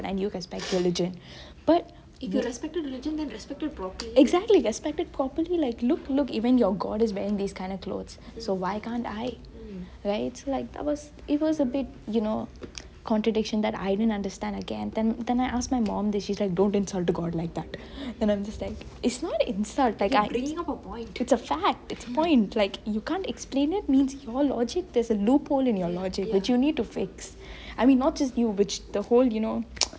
and you respect religion but exactly respect it properly like look look even your gods is wearing these kind of clothes so why can't I so it was a big contradiction that I did not understand again then I asked my mum this she's like don't insult the god like that then I'm just like it's not an insult it's a fact it's point like you can't explain it means your logic there's a loophole in your logic which you need to fix I mean not just you which the whole you know